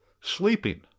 sleeping